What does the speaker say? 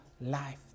life